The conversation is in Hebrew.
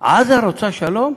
עזה רוצה שלום?